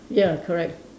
ya correct